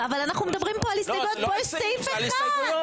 אני לא חושב שההצבעות על החוק הזה צריכות לקחת פחות מארבע-חמש שעות.